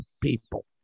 people